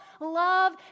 love